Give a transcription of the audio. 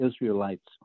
Israelites